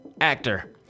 actor